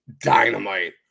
Dynamite